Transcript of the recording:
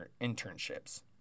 internships